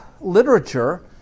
literature